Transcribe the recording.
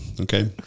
Okay